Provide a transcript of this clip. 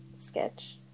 Sketch